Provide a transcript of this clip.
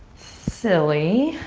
silly.